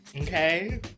okay